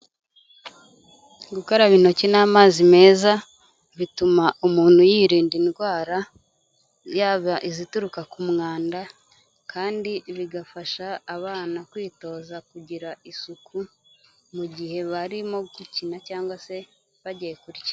Gukaraba intoki n'amazi meza bituma umuntu yirinda indwara, yaba izituruka ku mwanda kandi bigafasha abana kwitoza kugira isuku mu gihe barimo gukina cyangwa se bagiye kurya.